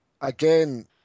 again